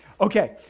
Okay